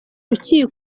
rukino